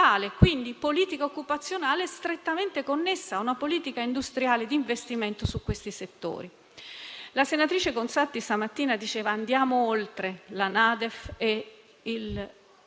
una politica occupazionale strettamente connessa a una industriale di investimento in questi settori. La senatrice Conzatti stamattina diceva di andare oltre alla NADEF e alla